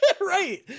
right